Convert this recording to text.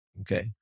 Okay